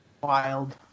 Wild